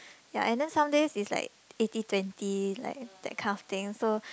ya and then some days it's like eighty twenty that kind of thing so